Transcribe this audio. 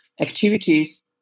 activities